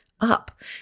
up